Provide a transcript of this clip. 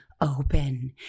open